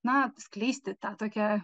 na skleisti tą tokią